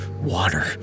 water